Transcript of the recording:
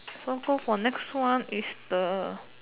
so go for next one is the